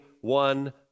one